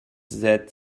that